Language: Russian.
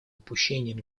упущением